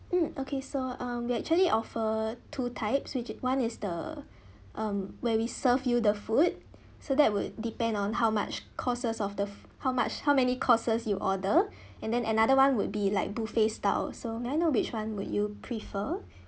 um okay so um we actually offer two types which one is the um where we serve you the food so that would depend on how much courses of the how much how many courses you order and then another one would be like buffet style so may I know which one would you prefer